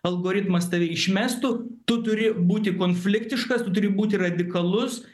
algoritmas tave išmestų tu turi būti konfliktiškas tu turi būti radikalus